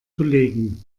kollegen